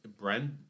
Brent